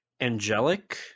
angelic